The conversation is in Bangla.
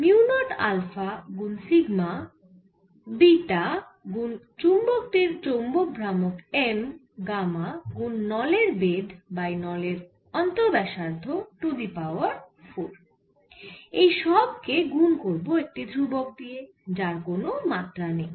মিউ নট আলফা গুন সিগমা বিটা গুন চুম্বক টির চৌম্বক ভ্রামক M গামা গুন নলের বেধ বাই নলের অন্তঃ ব্যাসার্ধ টু দি পাওয়ার 4 এই সব কে গুন করব একটি ধ্রুবক দিয়ে যার কোন মাত্রা নেই